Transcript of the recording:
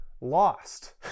Lost